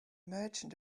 merchant